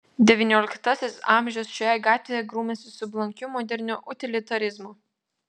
devynioliktasis amžius šioje gatvėje grūmėsi su blankiu moderniu utilitarizmu